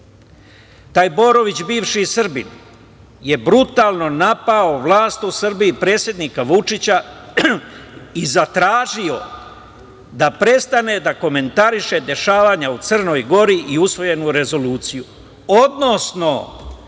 Taj Borović, bivši Srbin, je brutalno napao vlast u Srbiji, predsednika Vučića i zatražio da prestane da komentariše dešavanja u Crnoj Gori i usvojenu rezoluciju, odnosno,